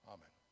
Amen